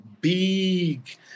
big